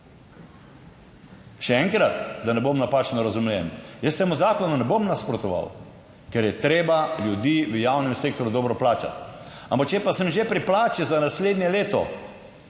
Še enkrat, da ne bom napačno razumljen, jaz temu zakonu ne bom nasprotoval, ker je treba ljudi v javnem sektorju dobro plačati, ampak če pa sem že pri plači za naslednje leto,